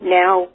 now